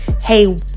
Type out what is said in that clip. hey